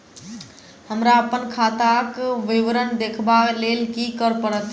हमरा अप्पन खाताक विवरण देखबा लेल की करऽ पड़त?